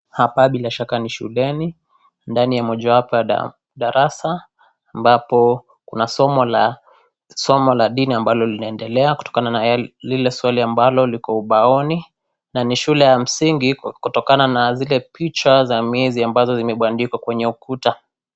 Hapa bila shaka ni shuleni. Ndani ya moja wapo ya darasa ambapo, kuna somo la dini ambalo linaendelea kutokana na lile swali ambalo liko ubaoni na ni shule ya msingi, kutokana na zile picha za miezi ambazo zimebandikwa kwenye ukuta.